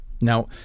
Now